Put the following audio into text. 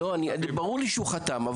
לא, ברור לי שהוא חתם.